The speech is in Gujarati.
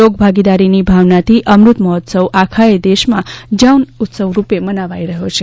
લોક ભાગીદારીની ભાવનાથી અમૃત મહોત્સવ આખાયે દેશમાં જન ઉત્સવ રૂપે મનાવાઈ રહ્યો છે